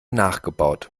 nachgebaut